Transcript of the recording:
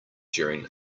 during